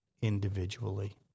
individually